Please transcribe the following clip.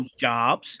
jobs